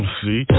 see